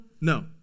No